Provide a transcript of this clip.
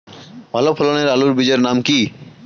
ভালো ফলনের আলুর বীজের নাম কি?